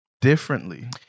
differently